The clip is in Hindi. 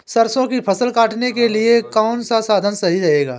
सरसो की फसल काटने के लिए कौन सा साधन सही रहेगा?